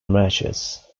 matches